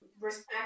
respect